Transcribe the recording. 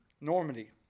Normandy